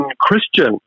Christian